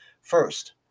First